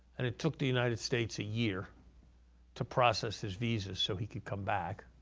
and it took the united states a year to process his visas so he could come back.